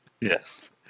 Yes